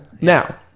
now